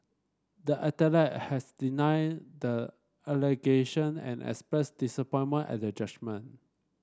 the athlete has denied the allegation and expressed disappointment at the judgment